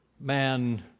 man